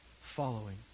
following